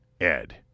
Ed